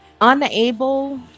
unable